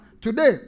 Today